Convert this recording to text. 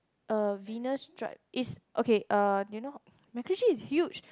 uh Venus drive is okay uh do you know MacRitchie is huge